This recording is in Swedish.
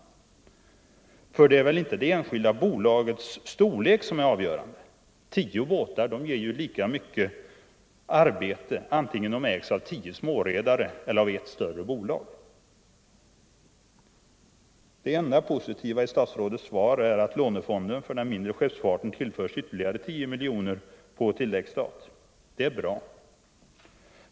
För det är väl inte det enskilda bolagets storlek som är av görande? Tio båtar ger ju lika mycket arbete oavsett om de ägs av tio Nr 122 småredare eller ett större bolag. Torsdagen den Det enda positiva i statsrådets svar är att lånefonden för den mindre 14 november 1974 sjöfarten tillföres ytterligare 10 miljoner kronor på tilläggsstat. Det är bra.